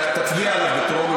תצביע עליו בטרומית.